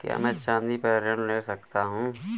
क्या मैं चाँदी पर ऋण ले सकता हूँ?